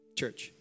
church